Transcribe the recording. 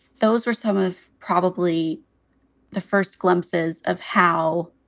those were some of probably the first glimpses of how.